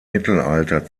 mittelalter